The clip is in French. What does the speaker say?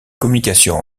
communications